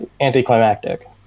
anticlimactic